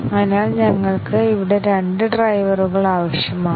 അതിനാൽ ഞങ്ങൾക്ക് ഇവിടെ രണ്ട് ഡ്രൈവറുകൾ ആവശ്യമാണ്